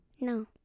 No